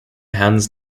hands